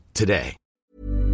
today